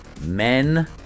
men